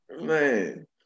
Man